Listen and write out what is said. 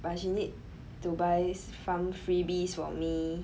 but she need to buy some freebies for me